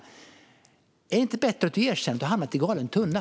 Är det inte bättre att Roger Richtoff erkänner att han hamnat i galen tunna?